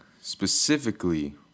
specifically